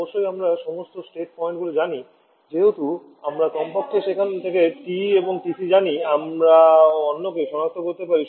অবশ্যই আমরা সমস্ত স্টেট পয়েন্ট জানি যেহেতু আমরা কমপক্ষে সেখান থেকে TE এবং TC জানি আমরা অন্যকে সনাক্ত করতে পারি